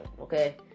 okay